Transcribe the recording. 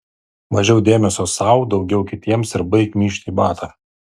mažiau dėmesio sau daugiau kitiems ir baik myžti į batą